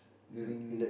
during